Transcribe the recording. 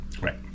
Right